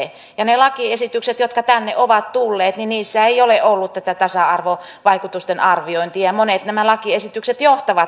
niissä lakiesityksissä jotka tänne ovat tulleet ei ole ollut tätä tasa arvovaikutusten arviointia ja monet näistä lakiesityksistä johtavat epätasa arvoon